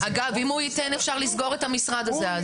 אגב, אם הוא ייתן, אז אפשר לסגור את המשרד הזה.